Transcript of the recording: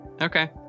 Okay